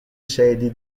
sedi